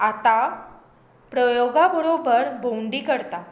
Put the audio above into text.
आतां प्रयोगा बरोबर भोंवडी करता